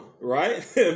right